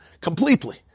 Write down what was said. Completely